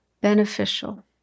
beneficial